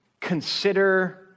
consider